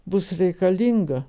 bus reikalinga